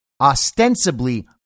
ostensibly